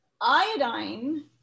iodine